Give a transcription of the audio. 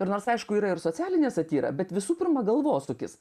ir nors aišku yra ir socialinė satyra bet visų pirma galvosūkis